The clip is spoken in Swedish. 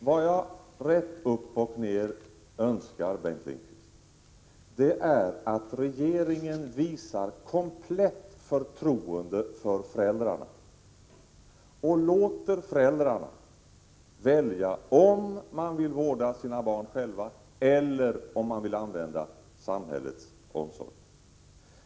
Vad jag rent ut sagt önskar, Bengt Lindqvist, är att regeringen visar komplett förtroende för föräldrarna och låter föräldrarna välja om de vill vårda sina barn själva eller om de vill använda samhällets omsorg.